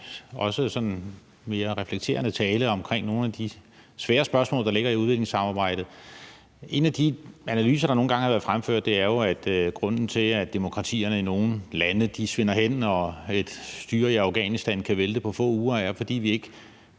også sådan mere reflekterende tale omkring nogle af de svære spørgsmål, der ligger i udviklingssamarbejdet. En af de analyser, der nogle gange har været fremført, er, at grunden til, at demokratiet i nogle lande svinder hen, og at et styre i Afghanistan kan vælte på få uger, er, at vi ikke,